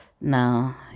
now